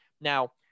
Now